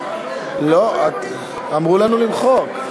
אמרו לנו למחוק.